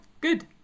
Good